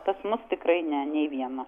pas mus tikrai ne nei vieno